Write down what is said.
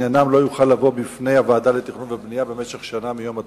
עניינם לא יוכל לבוא בפני הוועדה לתכנון ובנייה במשך שנה מיום התרומה.